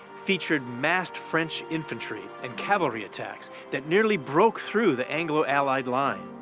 featured massed french infantry and cavalry attacks that nearly broke through the anglo-allied line.